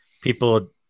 people